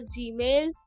gmail